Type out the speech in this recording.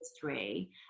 three